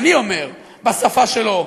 אני אומר בשפה שלו: